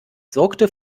sorgte